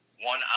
one